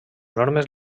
normes